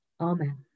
Amen